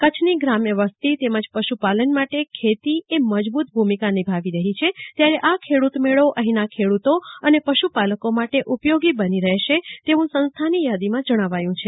કચ્છની ગ્રામ્ય વસ્તી તેમજ પશુપાલન માટે ખેતી એ મજબુત ભૂમિકા નિભાવી રઠી છે ત્યારે આ ખેડૂત મેળો અહીંના ખેડૂતો અને પશુપાલકો માટે ઉપયોગી બની રહેશે તેવું સંસ્થાની થાદીમાં જણાવાયું છે